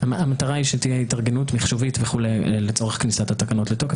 המטרה היא שתהיה התארגנות מחשובית וכולי לצורך כניסת התקנות לתוקף.